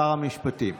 שר המשפטים.